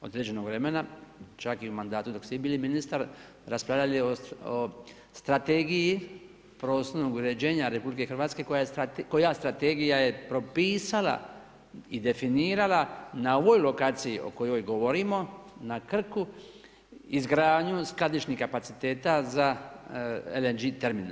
određenog vremena, čak i u mandatu, dok ste vi bili ministar, raspravljali o strategiji prostornog uređenja RH, koja strategija je propisala i definirala, na ovoj lokaciji o kojoj govorimo, na Krku, izgradnju skladišnih kapaciteta za LNG terminal.